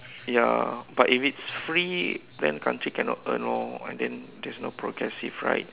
ya but if it's free then country cannot earn lor and then there's no progressive right